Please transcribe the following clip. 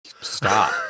stop